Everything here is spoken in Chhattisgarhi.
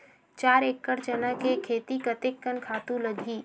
चार एकड़ चना के खेती कतेकन खातु लगही?